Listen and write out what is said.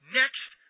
next